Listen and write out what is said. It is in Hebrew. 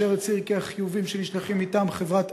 אשר הצהיר כי החיובים שנשלחים מטעם חברת